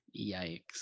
Yikes